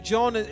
John